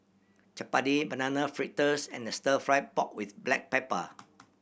chappati Banana Fritters and Stir Fry pork with black pepper